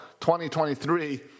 2023